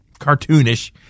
cartoonish